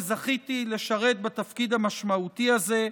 שזכיתי לשרת בתפקיד המשמעותי הזה,